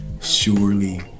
surely